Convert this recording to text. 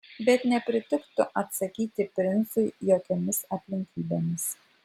bet nepritiktų atsakyti princui jokiomis aplinkybėmis